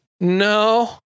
No